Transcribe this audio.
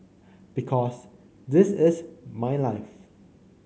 because this is my life